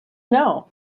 know